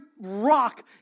rock